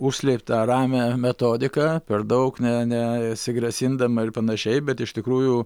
užslėptą ramią metodiką per daug ne nesigrasindama ir panašiai bet iš tikrųjų